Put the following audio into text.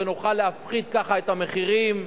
ונוכל להפחית ככה את המחירים.